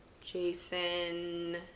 Jason